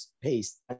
paste